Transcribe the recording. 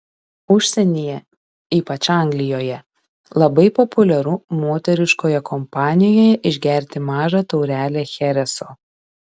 užsienyje ypač anglijoje labai populiaru moteriškoje kompanijoje išgerti mažą taurelę chereso